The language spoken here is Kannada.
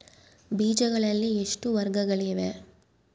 ಬೇಜಗಳಲ್ಲಿ ಎಷ್ಟು ವರ್ಗಗಳಿವೆ?